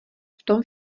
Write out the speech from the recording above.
vtom